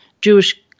Jewish